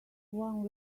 one